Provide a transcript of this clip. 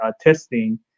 testing